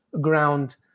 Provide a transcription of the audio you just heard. ground